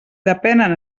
depenen